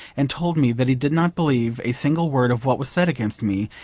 and told me that he did not believe a single word of what was said against me,